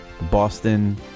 Boston